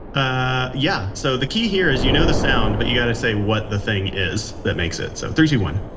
ah yeah. so the key here is you know the sound, but you've got to say what the thing is that makes it. so, three, two, one